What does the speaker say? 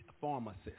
pharmacist